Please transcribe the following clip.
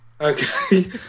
Okay